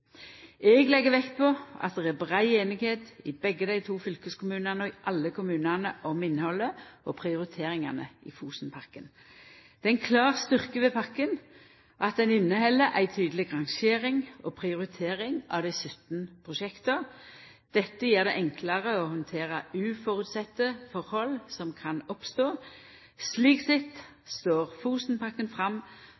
Eg legg vekt på at det er brei einigheit i begge dei to fylkeskommunane og i alle kommunane om innhaldet og prioriteringane i Fosenpakka. Det er ein klar styrke ved pakka at ho inneheld ei tydeleg rangering og prioritering av dei 17 prosjekta. Dette gjer det enklare å handtera uføresette forhold som kan oppstå. Slik sett